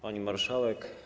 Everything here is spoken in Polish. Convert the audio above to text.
Pani Marszałek!